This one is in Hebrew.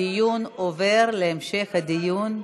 הנושא עובר להמשך דיון,